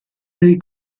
dei